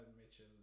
Mitchell